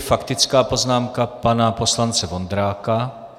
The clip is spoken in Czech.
Faktická poznámka pana poslance Vondráka.